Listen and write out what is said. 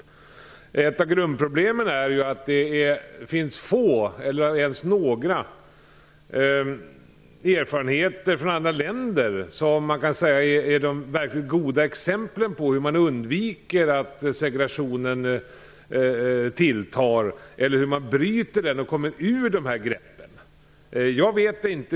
Men ett av grundproblemen är att det finns få, om ens några, erfarenheter från andra länder som kan sägas vara verkligt goda exempel på hur man undviker att segregationen tilltar eller hur man bryter den och kommer ur det greppet.